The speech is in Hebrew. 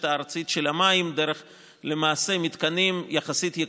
הארצית של המים דרך מתקנים יקרים יחסית,